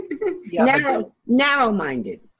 narrow-minded